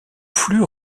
flux